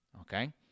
okay